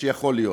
שיכול להיות,